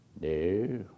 No